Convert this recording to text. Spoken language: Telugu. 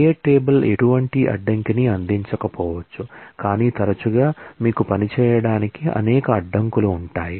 క్రియేట్ టేబుల్ ఎటువంటి అడ్డంకిని అందించకపోవచ్చు కానీ తరచుగా మీకు పని చేయడానికి అనేక అడ్డంకులు ఉంటాయి